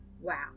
Wow